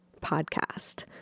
podcast